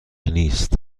نیست